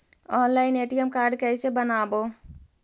Online ATM card कैसे बनाबौ?